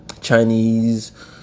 Chinese